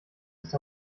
ist